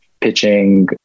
pitching